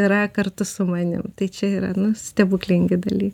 yra kartu su manim tai čia yra nu stebuklingi dalykai